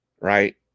right